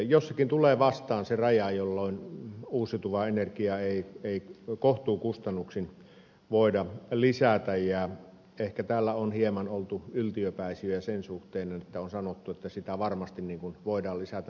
jossakin tulee vastaan se raja jolloin uusiutuvaa energiaa ei kohtuukustannuksin voida lisätä ja ehkä täällä on hieman oltu yltiöpäisiä sen suhteen että on sanottu että sitä varmasti voidaan lisätä